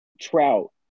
trout